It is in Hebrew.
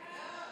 ביטוח שאירים